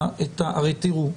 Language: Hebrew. הרי תראו,